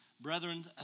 Brethren